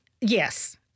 Yes